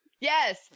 Yes